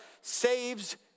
saves